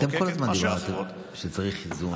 אתם כל הזמן דיברתם שצריך איזון וכאלה,